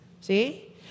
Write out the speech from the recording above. See